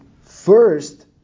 first